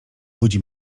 budzi